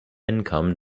income